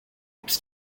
its